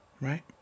Right